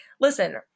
listen